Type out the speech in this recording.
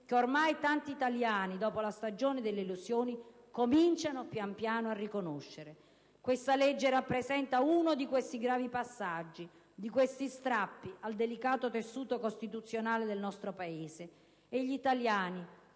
ormai tanti italiani, dopo la stagione delle illusioni, cominciano a riconoscere. Questa legge rappresenta uno di questi gravi passaggi, dì questi strappi al delicato tessuto costituzionale del nostro Paese, e gli italiani,